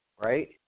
right